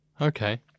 Okay